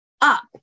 up